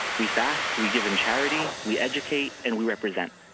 we fast, we give in charity, we educate, and we represent.